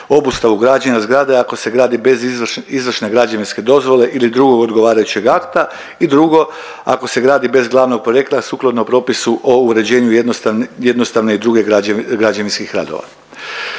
obustavu građenja zgrade ako se gradi bez izvršne građevinske dozvole ili drugog odgovarajućeg akta i drugo ako se gradi bez glavnog projekta sukladno propisu o uređenju jednostavne, jednostavne i druge građevinskih radova.